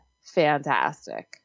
fantastic